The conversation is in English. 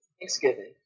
Thanksgiving